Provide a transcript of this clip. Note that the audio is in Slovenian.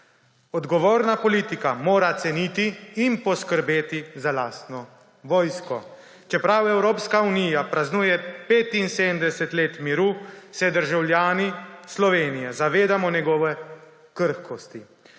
Odgovorna politika mora ceniti in poskrbeti za lastno vojsko. Čeprav Evropska unija praznuje 75 let miru, se državljani Slovenije zavedamo njegove krhkosti.